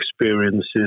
experiences